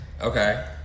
Okay